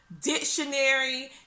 dictionary